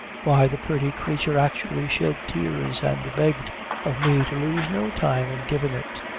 why, the purty creature actually shed tears, and begged of me to lose no time in givin' it.